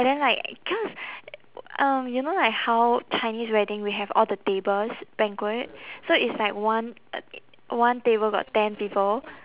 and then like cause um you know like how chinese wedding we have all the tables banquet so it's like one one table got ten people